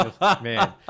Man